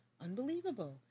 unbelievable